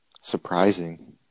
surprising